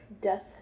Death